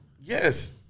Yes